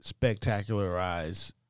spectacularize